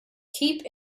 keep